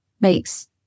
makes